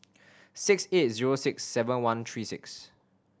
six eight zero six seven one three six